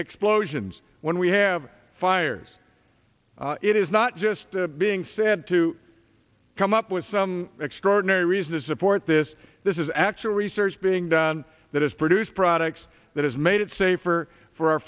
explosions when we have fires it is not just being said to come up with some extraordinary reason to support this this is actual research being done that has produced products that has made it safer for our